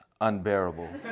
unbearable